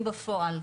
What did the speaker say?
בפועל.